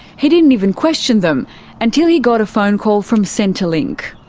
he didn't even question them until he got a phone call from centrelink.